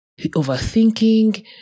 overthinking